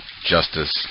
Justice